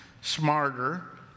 smarter